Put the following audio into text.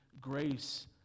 grace